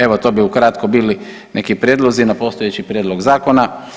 Evo to bi u kratko bili neki prijedlozi na postojeći prijedlog zakona.